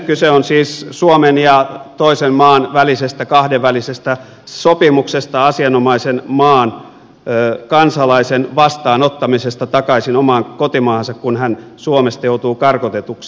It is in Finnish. kyse on siis suomen ja toisen maan välisestä kahdenvälisestä sopimuksesta asianomaisen maan kansalaisen vastaanottamisesta takaisin omaan kotimaahansa kun hän suomesta joutuu karkotetuksi